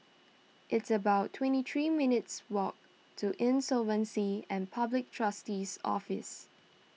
it's about twenty three minutes' walk to Insolvency and Public Trustee's Office